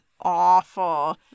awful